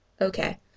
Okay